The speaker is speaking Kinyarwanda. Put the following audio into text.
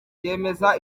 ryemeza